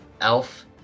elf